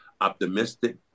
optimistic